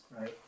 right